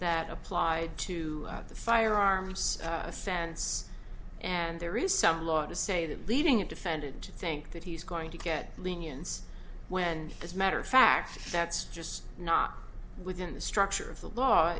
that apply to the firearms offense and there is some law to say that leading a defendant to think that he's going to get lenience when as a matter of fact that's just not within the structure of the law